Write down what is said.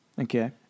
Okay